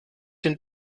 den